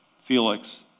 Felix